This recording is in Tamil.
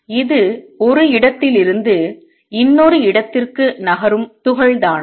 இது ஒரு இடத்திலிருந்து இன்னொரு இடத்திற்கு நகரும் துகள் தானா